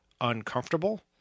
uncomfortable